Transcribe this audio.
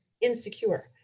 insecure